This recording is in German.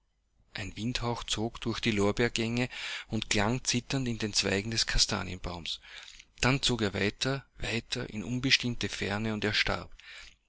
ein windhauch zog durch die lorbeergänge und klang zitternd in den zweigen des kastanienbaumes dann zog er weiter weiter in unbestimmte ferne und erstarb